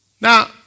now